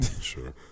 sure